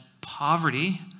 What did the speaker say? poverty